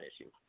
issue